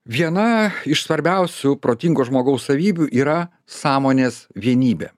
viena iš svarbiausių protingo žmogaus savybių yra sąmonės vienybė